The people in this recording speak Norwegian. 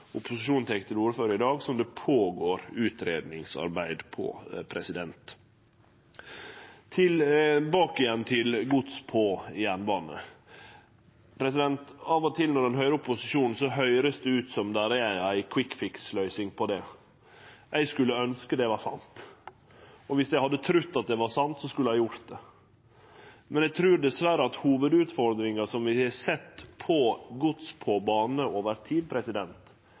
opposisjonen tek til orde for i dag, skjer det eit utgreiingsarbeid. Tilbake til gods på jernbane: Av og til når ein høyrer på opposisjonen, høyrest det ut som om det er ei kvikkfiks-løysing på det. Eg skulle ønskt at det var sant, og viss eg hadde trudd at det var sant, skulle eg ha gjort det. Men eg trur dessverre at hovudutfordringa vi har sett knytt til gods på bane over tid,